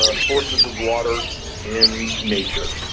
sources of water in nature.